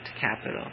capital